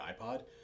ipod